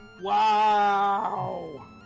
Wow